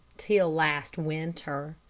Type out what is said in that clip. till last winter.